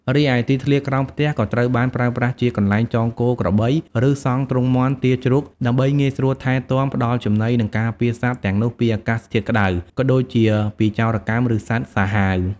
រីឯទីធ្លាក្រោមផ្ទះក៏ត្រូវបានប្រើប្រាស់ជា កន្លែងចងគោ ក្របី ឬសង់ទ្រុងមាន់ ទា ជ្រូក ដើម្បីងាយស្រួលថែទាំ ផ្តល់ចំណី និងការពារសត្វទាំងនោះពីអាកាសធាតុ ក៏ដូចជាពីចោរកម្ម ឬសត្វសាហាវ ។